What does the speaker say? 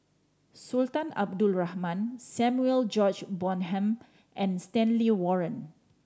Sultan Abdul Rahman Samuel George Bonham and Stanley Warren